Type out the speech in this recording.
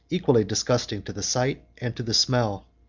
equally disgusting to the sight and to the smell.